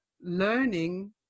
learning